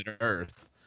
Earth